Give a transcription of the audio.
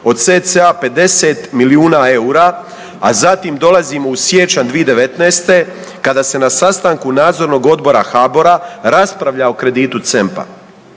o cca 50 milijuna EUR-a, a zatim dolazimo u siječanj 2019. kada se na sastanku nadzornog odbora HABOR-a raspravlja o kreditu C.E.M.P.-a.